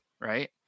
Right